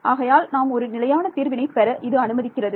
ஆகையால் நாம் ஒரு நிலையான தீர்வினை பெற இது அனுமதிக்கிறது